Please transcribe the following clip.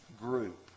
group